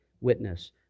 witness